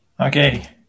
okay